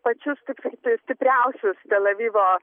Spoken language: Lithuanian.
pačius tiktai stipriausius telavivo